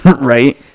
right